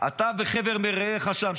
אתה וחבר מרעיך שם,